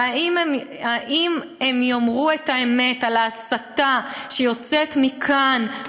והאם הם יאמרו את האמת על ההסתה שיוצאת מכאן,